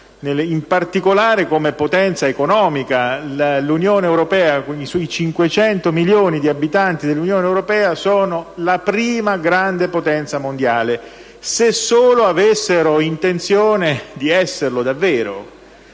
in particolare come potenza economica. Con i suoi 500 milioni di abitanti, l'Unione europea è la prima grande potenza mondiale, se solo avesse intenzione di esserlo davvero,